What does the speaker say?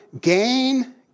gain